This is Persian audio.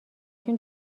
شون